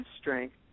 strength